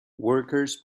workers